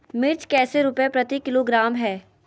मिर्च कैसे रुपए प्रति किलोग्राम है?